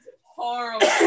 Horrible